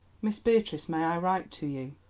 miss beatrice, may i write to you?